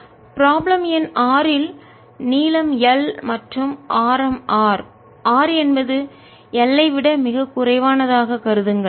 problem எண் 6 இல் நீளம் L மற்றும் ஆரம் R R என்பது L ஐ விட மிகக் குறைவானதாக கருதுங்கள்